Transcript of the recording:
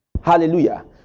Hallelujah